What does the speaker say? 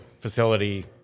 facility